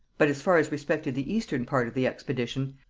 but as far as respected the eastern part of the expedition,